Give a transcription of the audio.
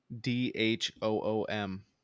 d-h-o-o-m